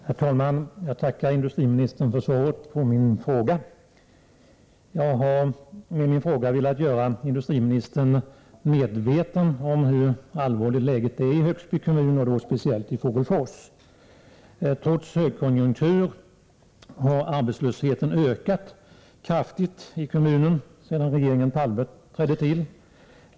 Herr talman! Jag tackar industriministern för svaret på min fråga. Jag har med min fråga velat göra industriministern medveten om hur allvarligt läget är i Högsby kommun, speciellt i Fågelfors. Trots högkonjunktur har arbetslösheten ökat kraftigt i Högsby sedan regeringen Palme trädde till.